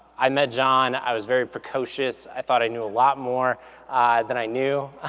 i met john, i was very precocious, i thought i knew a lot more than i knew,